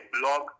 blog